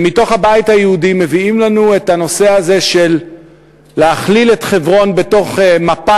ומתוך הבית היהודי מביאים לנו את הנושא הזה של להכליל את חברון במפת